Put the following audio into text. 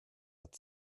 hat